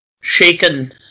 shaken